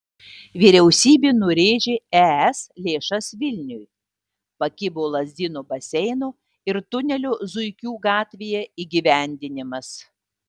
vyriausybė nurėžė es lėšas vilniui pakibo lazdynų baseino ir tunelio zuikių gatvėje įgyvendinimas